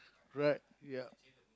right ya